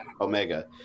Omega